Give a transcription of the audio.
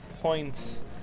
points